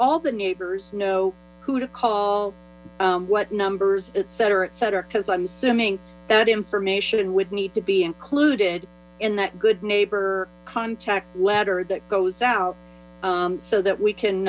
all the neighbors know who to call what numbers et cetera et cetera because i'm assuming that information would need to be included in that good neighbor contact letter that goes out so that we can